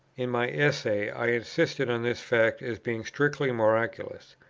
in my essay i insisted on this fact as being strictly miraculous.